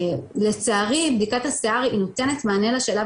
לצערי בדיקת השיער היא נותנת מענה לשלב